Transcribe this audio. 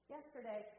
Yesterday